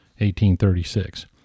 1836